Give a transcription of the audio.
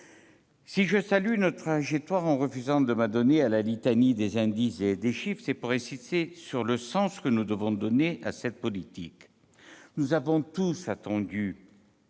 Si je salue notre trajectoire, en refusant de m'adonner à la litanie des indices et des chiffres, c'est pour insister sur le sens que nous devons donner à cette politique. Nous avons tous entendu